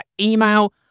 email